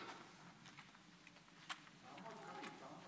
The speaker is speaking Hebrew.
כנסת נכבדה, חבריי חברי